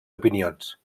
opinions